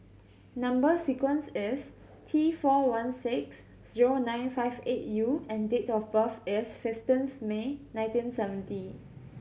number sequence is T four one six zero nine five eight U and date of birth is fifteenth May nineteen seventy